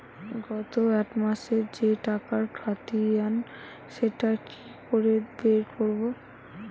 গত এক মাসের যে টাকার খতিয়ান সেটা কি করে বের করব?